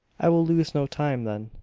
i will lose no time then,